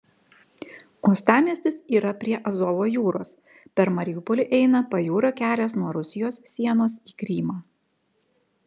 uostamiestis yra prie azovo jūros per mariupolį eina pajūrio kelias nuo rusijos sienos į krymą